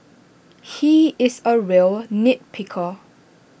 he is A real nit picker